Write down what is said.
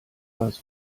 was